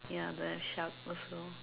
ya don't have shark also